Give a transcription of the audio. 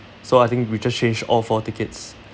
so I think we just change all four tickets